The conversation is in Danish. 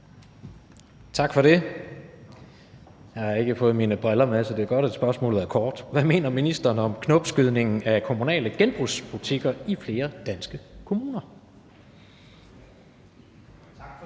Tak for det. Jeg har ikke fået mine briller med, så det er godt, at spørgsmålet er kort. Hvad mener ministeren om knopskydningen af kommunale genbrugsbutikker i flere danske kommuner?